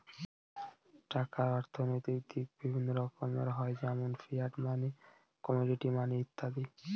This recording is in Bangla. টাকার অর্থনৈতিক দিক বিভিন্ন রকমের হয় যেমন ফিয়াট মানি, কমোডিটি মানি ইত্যাদি